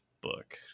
book